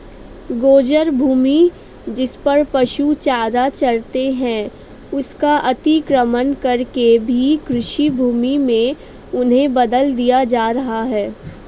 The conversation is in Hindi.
गोचर भूमि, जिसपर पशु चारा चरते हैं, उसका अतिक्रमण करके भी कृषिभूमि में उन्हें बदल दिया जा रहा है